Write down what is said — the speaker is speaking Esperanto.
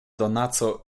donaco